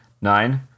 Nine